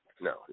no